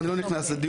אני לא איכנס לזה,